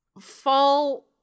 fall